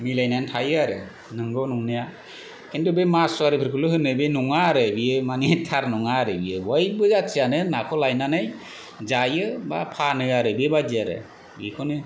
मिलायनान थायो आरो नोंगौ नंनाया किन्थु बे मासवारिफोरखौल' होनो बे नङा आरो बियो मानि थार नङा आरो बियो बयबो जातियानो नाखौ लायनानै जायो बा फानो आरो बेबायदि आरो बेखौनो